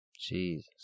Jesus